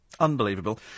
Unbelievable